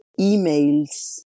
emails